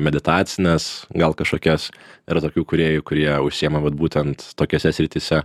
meditacines gal kažkokias yra tokių kūrėjų kurie užsiėma vat būtent tokiose srityse